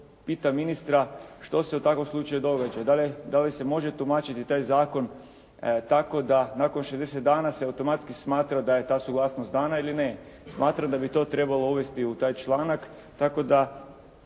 pitam ministra što se u takvom slučaju događa. Da li se može tumačiti taj zakon tako da nakon 60 dana se automatski smatra da je ta suglasnost dana ili ne. Smatram da bi to trebalo uvesti u taj članak tako da